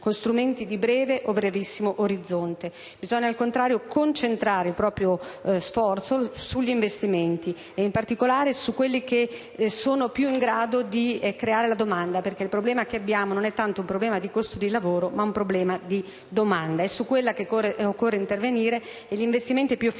con strumenti di breve o brevissimo orizzonte. Bisogna, al contrario, concentrare il proprio sforzo sugli investimenti e, in particolare, su quelli in più in grado di creare la domanda. Il problema che abbiamo non è tanto di costo del lavoro ma di domanda. È su quella che occorre intervenire, e gli investimenti più efficaci